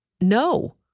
No